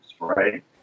right